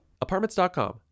Apartments.com